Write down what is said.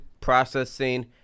processing